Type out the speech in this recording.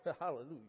Hallelujah